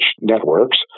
networks